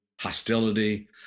hostility